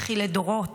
בכי לדורות.